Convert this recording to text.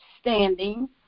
standing